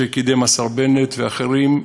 שקידם השר בנט ואחרים,